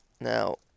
Now